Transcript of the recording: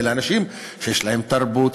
אלה אנשים שיש להם תרבות,